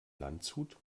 landshut